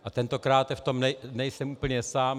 A tentokrát v tom nejsem úplně sám.